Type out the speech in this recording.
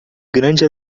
grande